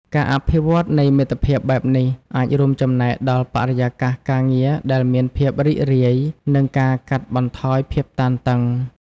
ការអភិវឌ្ឍន៍នៃមិត្តភាពបែបនេះអាចរួមចំណែកដល់បរិយាកាសការងារដែលមានភាពរីករាយ និងការកាត់បន្ថយភាពតានតឹង។